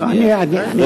אני אענה.